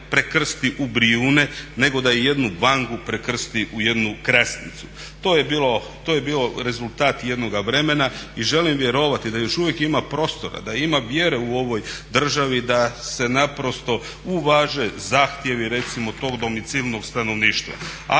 prekrsti u Brijune, nego da i jednu bangu prekrsti u jednu krasnicu. To je bio rezultat jednoga vremena i želim vjerovati da još uvijek ima prostora, da ima vjere u ovoj državi da se naprosto uvažen zahtjevi recimo tog domicilnog stanovništva.